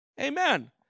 Amen